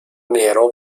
nero